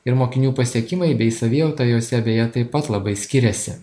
ir mokinių pasiekimai bei savijauta jose beje taip pat labai skiriasi